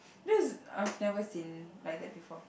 this I've never seen like that before